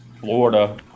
Florida